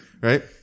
right